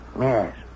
Yes